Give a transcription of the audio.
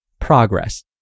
Progress